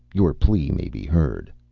your plea may be heard.